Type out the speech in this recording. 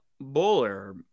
Bowler